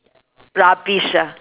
rubbish ah